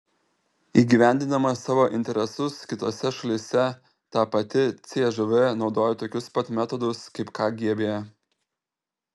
įgyvendindama savo interesus kitose šalyse ta pati cžv naudojo tokius pat metodus kaip kgb